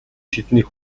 тэднийг